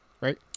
right